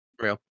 real